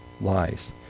lies